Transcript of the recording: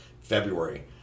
February